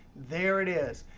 there it is.